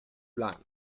blanc